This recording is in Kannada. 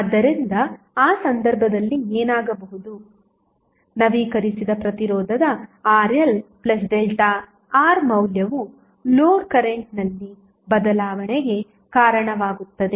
ಆದ್ದರಿಂದ ಆ ಸಂದರ್ಭದಲ್ಲಿ ಏನಾಗಬಹುದು ನವೀಕರಿಸಿದ ಪ್ರತಿರೋಧದRLΔR ಮೌಲ್ಯವು ಲೋಡ್ ಕರೆಂಟ್ನಲ್ಲಿ ಬದಲಾವಣೆಗೆ ಕಾರಣವಾಗುತ್ತದೆ